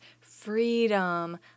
freedom